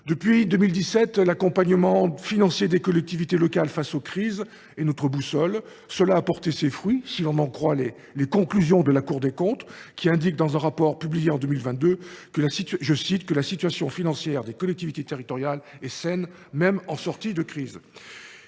Depuis 2017, l’accompagnement financier des collectivités locales face aux crises est notre boussole. Cela a porté ses fruits, si l’on en croit les conclusions de la Cour des comptes, laquelle indique dans un rapport publié en 2022 que « la situation financière des collectivités territoriales est saine, même en sortie de crise